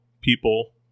people